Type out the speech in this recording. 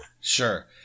Sure